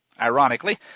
Ironically